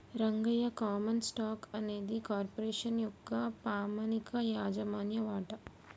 Rangayya common stock అనేది corporation యొక్క పామనిక యాజమాన్య వాట